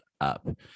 up